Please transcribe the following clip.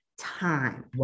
time